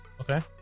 okay